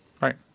right